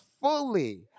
fully